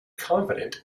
confident